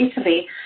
Italy